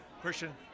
Christian